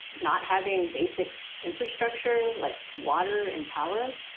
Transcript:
not having basic infrastructure like water and power.